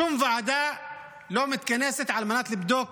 שום ועדה לא מתכנסת על מנת לבדוק